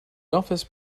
office